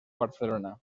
barcelona